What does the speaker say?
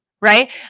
right